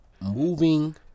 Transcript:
moving